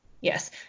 yes